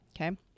Okay